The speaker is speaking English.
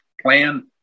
plan